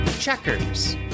Checkers